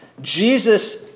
Jesus